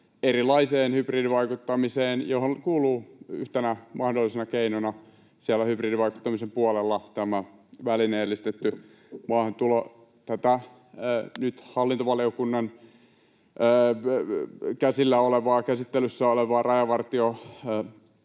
Hybridivaikuttamiseen kuuluu yhtenä mahdollisena keinona tämä välineellistetty maahantulo. Tämä nyt hallintovaliokunnan käsittelyssä oleva rajavartiolain